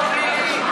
לא פלילי,